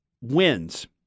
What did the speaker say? wins